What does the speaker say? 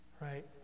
right